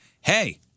hey